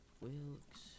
Wilkes